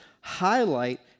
highlight